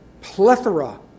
plethora